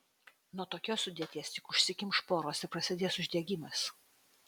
nuo tokios sudėties tik užsikimš poros ir prasidės uždegimas